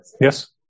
yes